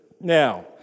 Now